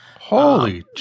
Holy